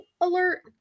alert